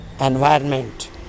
environment